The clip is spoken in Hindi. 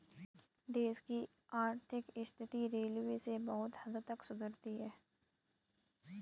देश की आर्थिक स्थिति रेलवे से बहुत हद तक सुधरती है